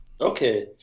okay